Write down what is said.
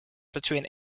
between